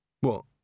What